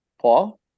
Paul